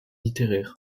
littéraire